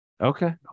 Okay